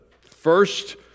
first